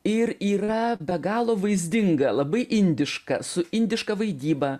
ir yra be galo vaizdinga labai indiška su indiška vaidyba